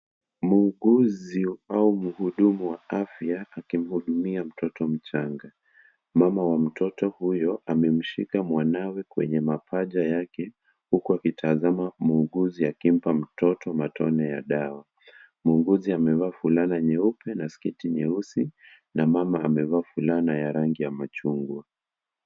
Muuguzi au muhudumu wa afya akimhudumia mtoto mchanga. Mama wa mtoto huyo amemshika mwanawe kwenye mapaja yake huku akitazama muuguzi akimpa mtoto matone ya dawa. Muuguzi amevaa fulana nyeupe na sketi nyeusi. Na mama amevaa fulana ya rangi ya machungwa.